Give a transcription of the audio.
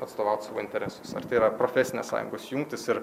atstovaut savo interesus ar tai yra profesinės sąjungos jungtys ir